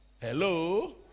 Hello